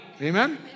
Amen